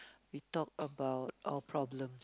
we talk about our problem